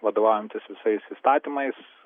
vadovaujantis visais įstatymais